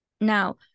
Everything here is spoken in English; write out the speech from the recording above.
Now